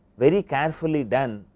very carefully done,